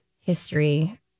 History